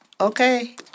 Okay